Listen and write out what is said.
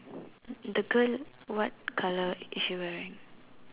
the girl what colour is she wearing